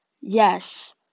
yes